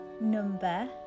number